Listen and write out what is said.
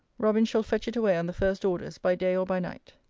robin shall fetch it away on the first orders by day or by night.